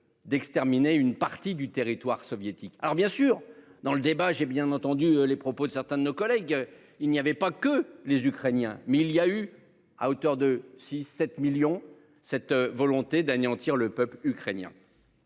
d'exterminer une partie du territoire soviétique. Alors bien sûr dans le débat, j'ai bien entendu les propos de certains de nos collègues. Il n'y avait pas que les Ukrainiens. Mais il y a eu à hauteur de 6, 7 millions cette volonté d'anéantir le peuple ukrainien.